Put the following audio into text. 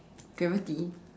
gravity